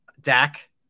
Dak